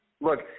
Look